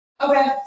Okay